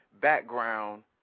background